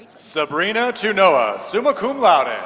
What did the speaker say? sabrina tunoa, summa cum laude.